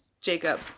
Jacob